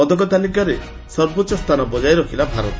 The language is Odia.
ପଦକ ତାଲିକାର ସର୍ବୋଚ୍ଚ ସ୍ଥାନ ବଜାୟ ରଖିଲା ଭାରତ